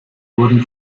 wurden